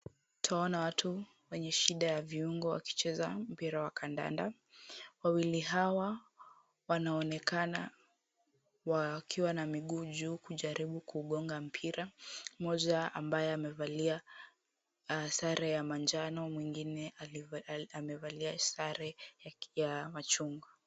Twaona watu wenye shida ya viungo wakicheza mpira wa kandanda. Wawili hawa wanaonekana wakiwa na miguu juu kujaribu kugonga mpira. Mmoja ambaye amevalia sare ya manjano, mwingine amevalia sare ya machungwa.